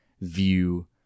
view